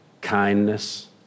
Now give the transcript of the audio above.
kindness